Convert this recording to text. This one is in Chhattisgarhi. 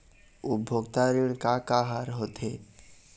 उपभोक्ता ऋण का का हर होथे?